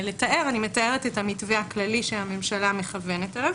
אני מתארת את המתווה הכללי שהממשלה מכוונת אליו.